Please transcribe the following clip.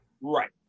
Right